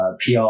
PR